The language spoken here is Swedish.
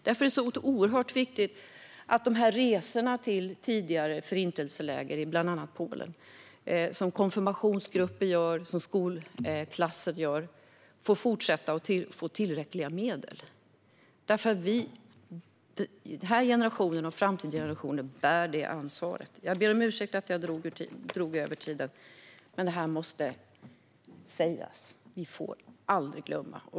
Därför är det oerhört viktigt att de resor som konfirmationsgrupper och skolklasser gör till tidigare förintelseläger i bland annat Polen får fortsätta och att de får tillräckliga medel. Den här och framtida generationer har ett sådant ansvar. Jag ber om ursäkt för att jag har dragit över min talartid, men det här måste sägas. Vi får aldrig glömma.